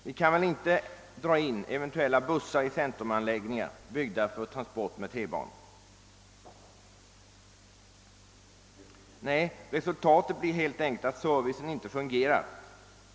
Vi kan väl inte dra in busslinjer i centrumanläggningar byggda för transport med tunnelbana? Resultatet blir helt enkelt att servicen inte fungerar.